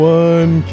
one